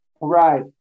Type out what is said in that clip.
Right